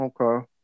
Okay